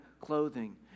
clothing